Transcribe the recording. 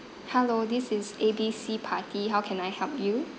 hello this is A B C party how can I help you